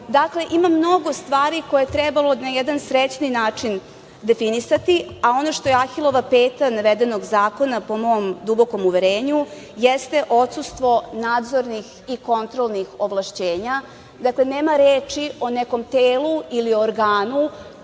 Dakle, ima mnogo stvari koje je trebalo na jedan srećniji način definisati. Ono što je Ahilova peta navedenog zakona, po mom dubokom uverenju, jeste odsustvo nadzornih i kontrolnih ovlašćenja, dakle nema reči o nekom telu ili organu